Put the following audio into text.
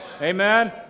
Amen